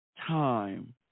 time